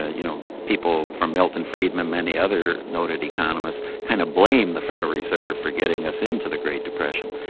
ah you know, people from milton friedman and many other noted economists, kind of blamed the federal reserve for getting us into the great depression.